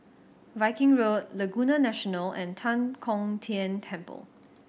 Viking Road Laguna National and Tan Kong Tian Temple